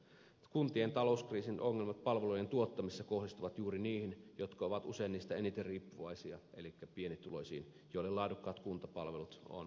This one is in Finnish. kuntien talouskriisin ongelmat palvelujen tuottamisessa kohdistuvat juuri niihin jotka ovat usein niistä eniten riippuvaisia elikkä pienituloisiin joille laadukkaat kuntapalvelut ovat paras turva